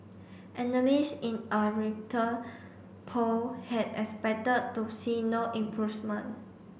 analyst in a Reuter poll had expected to see no improvement